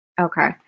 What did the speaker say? Okay